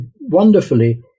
wonderfully